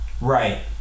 Right